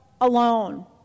alone